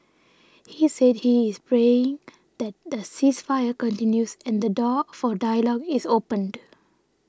he said he is praying that the ceasefire continues and the door for dialogue is opened